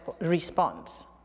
response